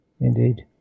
Indeed